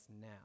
now